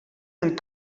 and